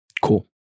Cool